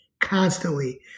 constantly